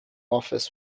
office